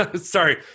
Sorry